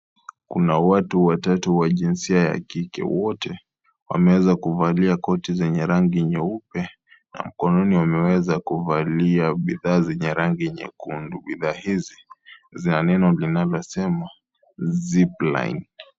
Kuna watu watatu wa jinsia ya kike, wote wameweza kuvalia koti zenye rangi nyeupe na mkononi wameweza kuvalia bidhaa zenye rangi nyekundu. Bidhaa hizi zina neno linalosema zipline.